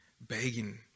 begging